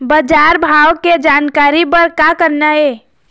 बजार भाव के जानकारी बर का करना हे?